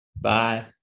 Bye